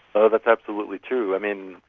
ah that's absolutely true. i mean,